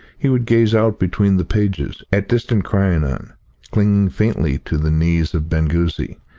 he would gaze out, between the pages, at distant crianan clinging faintly to the knees of ben ghusy,